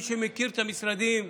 מי שמכיר את המשרדים,